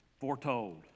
foretold